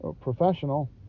professional